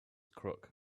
crook